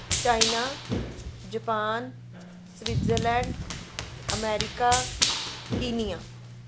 China Japan Switzerland America Kenya